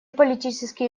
политические